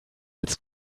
it’s